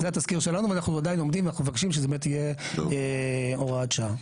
זה התזכיר שלנו ואנחנו עדיין עומדים ומבקשים שזה באמת יהיה הוראת שעה.